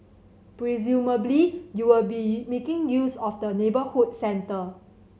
presumably you will be making use of the neighbourhood centre